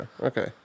okay